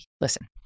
Listen